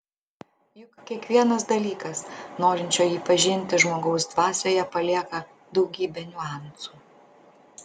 juk kiekvienas dalykas norinčio jį pažinti žmogaus dvasioje palieka daugybę niuansų